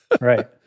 Right